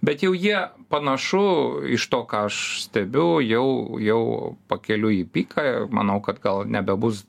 bet jau jie panašu iš to ką aš stebiu jau jau pakeliui į piką manau kad gal nebebus